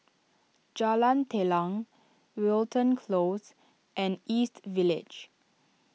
Jalan Telang Wilton Close and East Village